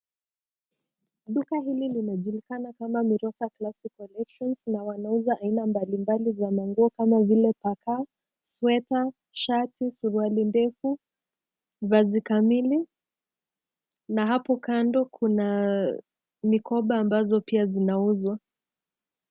Duka hili linajulikana kama Mirosa Classy Collections na wanauza aina mbalimbali za manguo kama vile paka, sweta, shati, suruali ndefu, vazi kamili na hapo kando kuna mikoba ambazo pia zinauzwa.